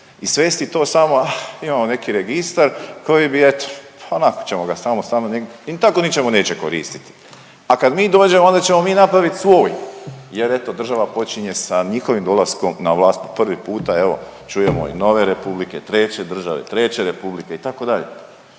I svesti to samo, imamo neki registar koji bi eto, onako ćemo ga .../Govornik se ne razumije./... i tako ničemu neće koristiti, a kad mi dođemo, onda ćemo mi napraviti svoj jer eto, država počinje sa njihovim dolaskom na vlast po prvi puta, evo, čujemo i nove republike, treće države, treće republike, itd.